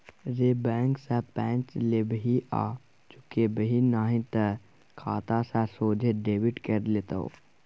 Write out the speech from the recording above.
रे बैंक सँ पैंच लेबिही आ चुकेबिही नहि तए खाता सँ सोझे डेबिट कए लेतौ